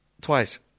Twice